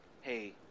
hey